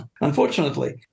Unfortunately